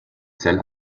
zell